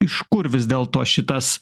iš kur vis dėlto šitas